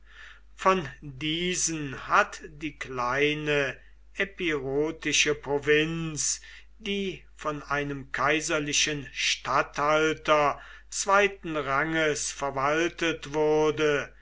von diesen hat die kleine epirotische provinz die von einem kaiserlichen statthalter zweiten ranges verwaltet wurde